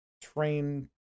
train